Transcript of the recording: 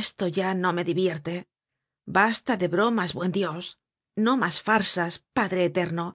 esto ya no me divierte basta de bromas buen dios no mas farsas padre eterno